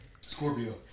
Scorpio